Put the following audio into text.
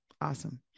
Awesome